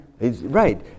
Right